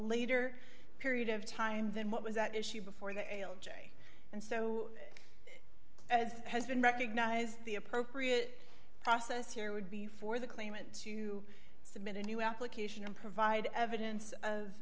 later period of time than what was at issue before the l j and so as has been recognized the appropriate process here would be for the claimant to submit a new application and provide evidence of